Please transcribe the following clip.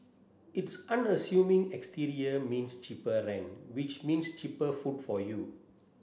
its unassuming exterior means cheaper rent which means cheaper food for you